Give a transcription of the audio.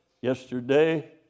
yesterday